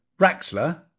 Raxler